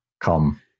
come